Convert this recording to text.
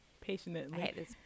Patiently